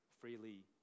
freely